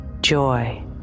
joy